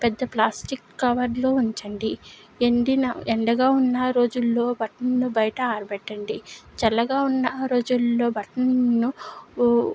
పెద్ద plastic cover లో ఉంచండి ఎండిన ఎండగా ఉన్న రోజుల్లో బట్టలను బయట ఆరబెట్టండి చల్లగా ఉన్న రోజుల్లో బట్టలను